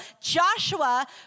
Joshua